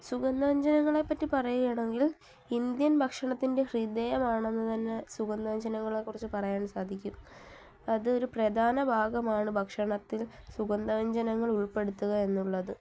സുഗന്ധവ്യഞ്ജനങ്ങളെപ്പറ്റി പറയുകയാണെങ്കിൽ ഇന്ത്യൻ ഭക്ഷണത്തിൻ്റെ ഹൃദയമാണെന്നുതന്നെ സുഗന്ധവ്യഞ്ജനങ്ങളെക്കുറിച്ച് പറയാൻ സാധിക്കും അതൊരു പ്രധാന ഭാഗമാണ് ഭക്ഷണത്തിൽ സുഗന്ധവ്യഞ്ജനങ്ങൾ ഉൾപ്പെടുത്തുക എന്നുള്ളത്